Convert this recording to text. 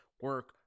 Work